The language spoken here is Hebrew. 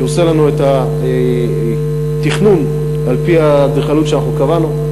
שעושה לנו את התכנון על-פי האדריכלות שאנחנו קבענו.